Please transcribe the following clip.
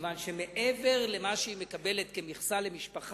מכיוון שמעבר למה שהיא מקבלת כמכסה למשפחה,